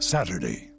Saturday